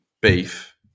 beef